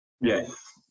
Yes